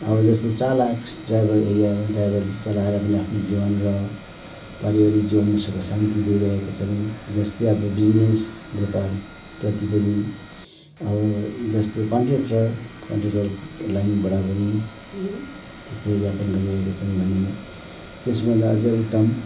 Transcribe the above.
अब जस्तै चालक ड्राइभर एरियामा ड्राइभर चलाएर पनि आफ्नो जीवन र पारिवारिक जीवनमा सुख शान्ति ल्याइरहेका छन् जस्तै अब बिजिनेस व्यापारप्रति पनि अब जस्तै कन्ट्रेकटर कन्ट्रेकटर लाइनबाट पनि त्यसरी यापन गरिेहेका छन् भने त्यसभन्दा अझै उत्तम